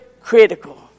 critical